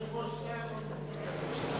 יושב-ראש הסיעה לא נמצא כאן.